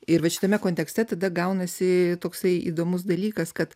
ir vat šitame kontekste tada gaunasi toksai įdomus dalykas kad